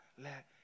let